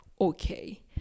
okay